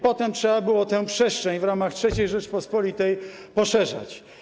Potem trzeba było tę przestrzeń w ramach III Rzeczypospolitej poszerzać.